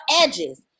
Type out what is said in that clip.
edges